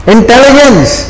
Intelligence